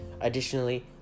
Additionally